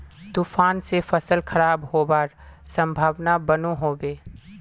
तूफान से फसल खराब होबार संभावना बनो होबे?